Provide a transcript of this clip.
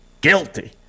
Guilty